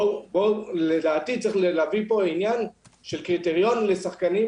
לדעתי צריך להביא לפה עניין של קריטריון לשחקנים,